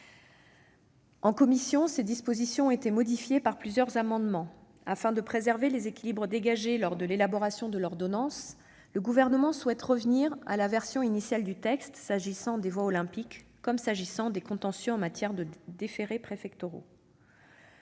En commission, ces dispositions ont été modifiées par plusieurs amendements. Afin de préserver les équilibres dégagés lors de l'élaboration de l'ordonnance, le Gouvernement souhaite revenir à la version initiale du texte s'agissant des voies olympiques comme des contentieux en matière de déférés préfectoraux.